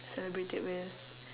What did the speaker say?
celebrate it with